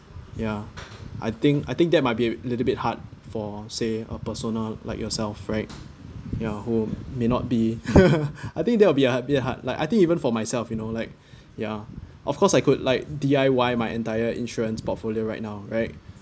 ya I think I think that might be a little bit hard for say a persona like yourself right ya who may not be I think that will be a bit hard like I think even for myself you know like ya of course I could like D_I_Y my entire insurance portfolio right now right